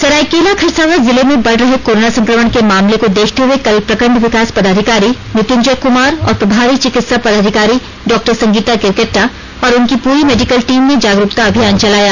सरायकेला खरसावां जिले में बढ़ रहे कोरोना संक्रमण के मामले को देखते हुए कल प्रखंड विकास पदाधिकारी मृत्युंजय कमार और प्रभारी चिकित्सा पदाधिकारी डॉ संगीता केरकेट्टा और उनकी पूरी मेडिकल टीम ने जागरूकता अभियान चलाया